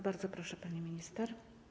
Bardzo proszę, pani minister.